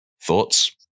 thoughts